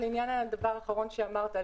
לעניין הדבר האחרון שאמרת,